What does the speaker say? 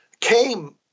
came